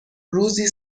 روزی